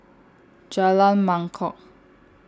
Jalan Mangkok